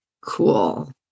Cool